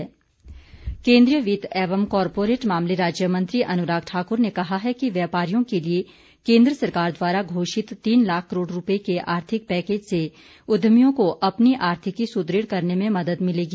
अनुराग ठाकर केन्द्रीय वित्त एवं कॉर्पोरेट मामले राज्य मंत्री अनुराग ठाक्र ने कहा है कि व्यापारियों के लिये केन्द्र सरकार द्वारा घोषित तीन लाख करोड़ रुपये के आर्थिक पैकेज से उद्यमियों को अपनी आर्थिकी सुदृढ़ करने में मदद मिलेगी